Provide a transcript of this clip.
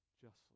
justly